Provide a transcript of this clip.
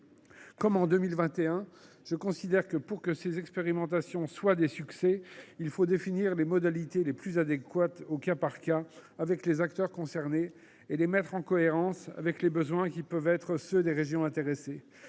Comme en 2021, je considère que pour que ces expérimentations soient des succès, il faut définir les modalités les plus adéquates au cas par cas, avec les acteurs concernés, et les mettre en cohérence avec les besoins qui peuvent être ceux des régions intéressées.